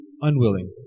unwilling